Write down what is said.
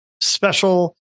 special